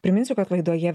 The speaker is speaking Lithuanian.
priminsiu kad laidoje